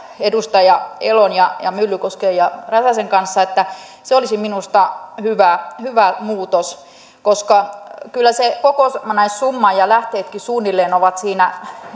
edustaja elon ja ja myllykosken ja räsäsen kanssa että se olisi minusta hyvä hyvä muutos koska kyllä se kokonaissumma ja lähteetkin suunnilleen ovat siinä